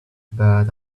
but